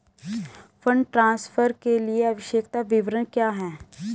Fund transfer के लिए आवश्यक विवरण क्या हैं?